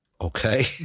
Okay